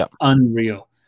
unreal